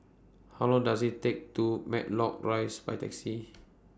How Long Does IT Take to Matlock Rise By Taxi